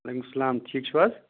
وعلیکُم اَسلام ٹھیٖک چھِو حظ